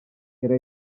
era